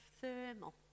thermal